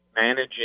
managing